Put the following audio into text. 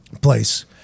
place